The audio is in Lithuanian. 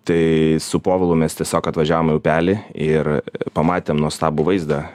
tai su povilu mes tiesiog atvažiavom į upelį ir pamatėm nuostabų vaizdą